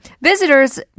visitors